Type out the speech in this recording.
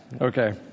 okay